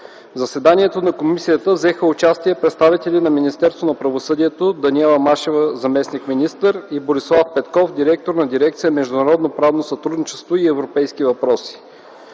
В заседанието на Комисията взеха участие представители на Министерство на правосъдието: Даниела Машева – заместник-министър, и Борислав Петков – директор на дирекция „Международно правно сътрудничество и европейски въпроси”.